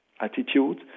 attitude